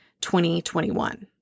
2021